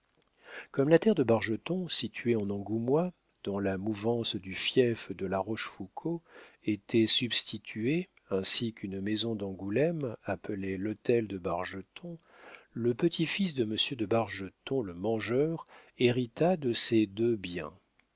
comme la terre de bargeton située en angoumois dans la mouvance du fief de la rochefoucauld était substituée ainsi qu'une maison d'angoulême appelée l'hôtel de bargeton le petit-fils de monsieur de bargeton le mangeur hérita de ces deux biens